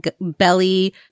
belly